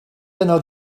yno